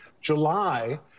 July